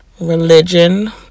religion